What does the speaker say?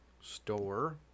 Store